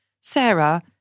Sarah